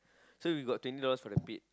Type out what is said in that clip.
so you got twenty dollars for the pit